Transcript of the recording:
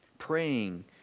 Praying